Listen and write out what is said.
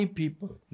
people